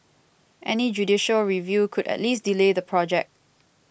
any judicial review could at least delay the project